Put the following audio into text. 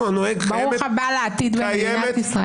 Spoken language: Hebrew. הנוהג --- ברוך הבא לעתיד למדינת ישראל.